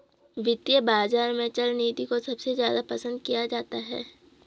वित्तीय बाजार में चल निधि को सबसे ज्यादा पसन्द किया जाता है